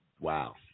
wow